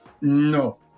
No